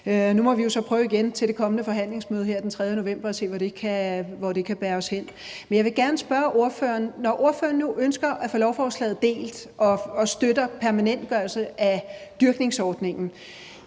Nu må vi jo så prøve igen til det kommende forhandlingsmøde her den 3. november at se, hvor det kan bære os hen. Men jeg vil gerne spørge ordføreren: Når ordføreren nu ønsker at få lovforslaget delt og støtter en permanentgørelse af dyrkningsordningen,